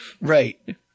Right